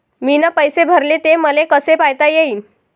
मीन पैसे भरले, ते मले कसे पायता येईन?